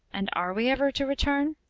and are we ever to return?